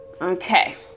okay